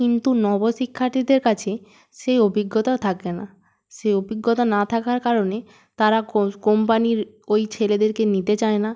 কিন্তু নব শিক্ষার্থীদের কাছে সেই অভিজ্ঞতা থাকে না সেই অভিজ্ঞতা না থাকার কারণে তারা কোম্পানির ওই ছেলেদেরকে নিতে চায় না